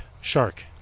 Shark